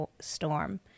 storm